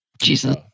Jesus